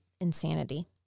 insanity